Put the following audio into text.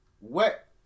wet